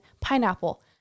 pineapple